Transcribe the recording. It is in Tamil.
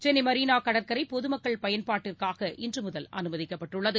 சென்னை மெரினா கடற்கரை பொதுமக்கள் பயன்பாட்டிற்காக இன்று முதல் அனுமதிக்கப்பட்டுள்ளது